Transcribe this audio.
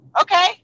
Okay